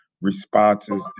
responses